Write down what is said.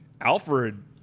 Alfred